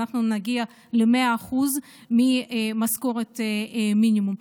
ואנחנו נגיע ל-100% ממשכורת מינימום.